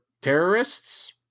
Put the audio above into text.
terrorists